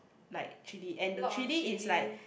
like chili and the chili is like